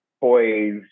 toys